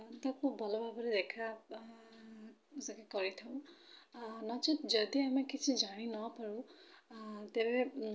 ତାକୁ ଭଲ ଭାବରେ ଦେଖା ସରି କରିଥାଉ ନଚେତ୍ ଯଦି ଆମେ କିଛି ଜାଣି ନପାରୁ ତେବେ